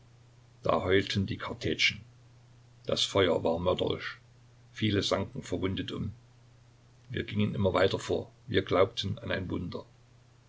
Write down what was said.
da heulten die kartätschen das feuer war mörderisch viele sanken verwundet um wir gingen immer weiter vor wir glaubten an ein wunder